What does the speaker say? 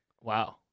Wow